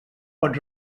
pot